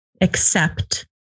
accept